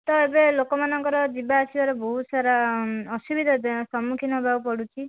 ତ ଏବେ ଲୋକମାନଙ୍କର ଯିବା ଆସିବାରେ ବହୁତସାରା ଅସୁବିଧା ସମ୍ମୁଖୀନ ହେବାକୁ ପଡ଼ୁଛି